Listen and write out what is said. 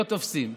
לא תופסים.